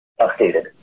updated